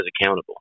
accountable